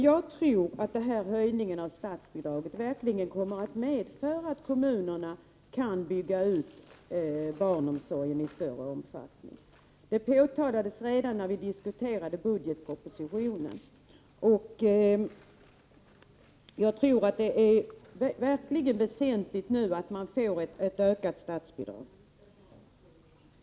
Jag tror att höjningen av statsbidraget verkligen kommer att medföra att kommunerna kan bygga ut barnomsorgen i större omfattning. Det påpekades redan när vi diskuterade budgetpropositionen. Jag tror att det verkligen är väsentligt att man nu får ett ökat statsbidrag.